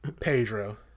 pedro